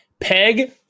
Peg